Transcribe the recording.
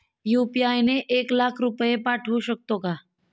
UPI ने एक लाख रुपये पाठवू शकतो का?